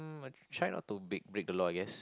mm try not to bake break the law I guess